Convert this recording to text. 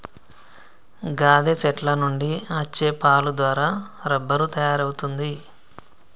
గాదె సెట్ల నుండి అచ్చే పాలు దారా రబ్బరు తయారవుతుంది